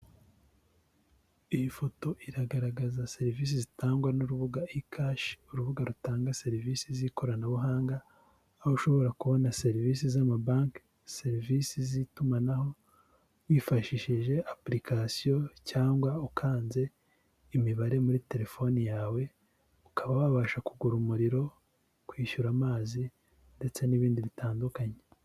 Iyi foto iragaragaza serivisi zitangwa n'urubuga ikashi, urubuga rutanga serivisi z'ikoranabuhanga, aho ushobora kubona serivisi z'amabanki, serivisi z'itumanaho, wifashishije apulikasiyo cyangwa ukanze imibare muri telefoni yawe, ukaba wabasha kugura umuriro, kwishyura amazi ndetse n'ibindi bitandukanye.